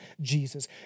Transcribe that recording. Jesus